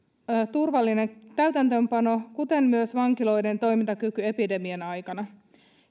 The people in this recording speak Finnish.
turvallinen täytäntöönpano kuten myös vankiloiden toimintakyky epidemian aikana